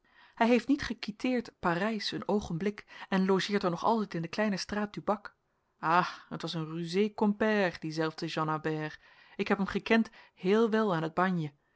hij heeft niet gequitteert parijs een oogenblik en logeert er nog altijd in de kleine straat du bac ah t was een rusé compère die zelfde jean albert ik heb hem gekend heel wel aan het bagne